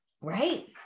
Right